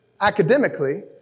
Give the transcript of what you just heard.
academically